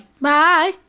Bye